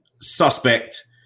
suspect